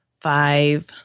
five